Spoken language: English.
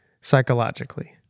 psychologically